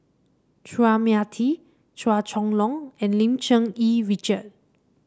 Chua Mia Tee Chua Chong Long and Lim Cherng Yih Richard